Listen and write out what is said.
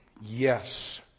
Yes